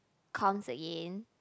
Kong's again